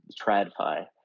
TradFi